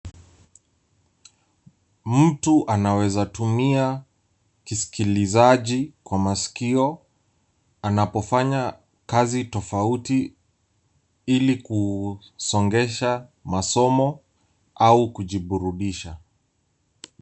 Mtu anaweza tumia kisikilizaji kwa masikio anapofanya kazi tofauti ili kusongesha masomo au kujiburudisha.